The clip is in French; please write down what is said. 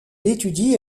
étudie